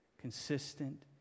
Consistent